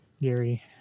Gary